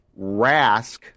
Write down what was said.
Rask